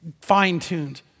fine-tuned